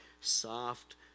soft